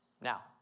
Now